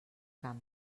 camp